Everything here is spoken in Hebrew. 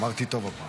אמרתי טוב הפעם.